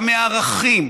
גם מערכים.